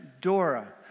Dora